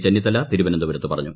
ചെന്നിത്തല തിരുവനന്തപുരത്ത് പറഞ്ഞു